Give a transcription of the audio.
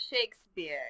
Shakespeare